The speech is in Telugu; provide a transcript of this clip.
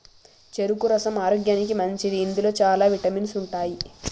చెరుకు రసం ఆరోగ్యానికి మంచిది ఇందులో చాల విటమిన్స్ ఉంటాయి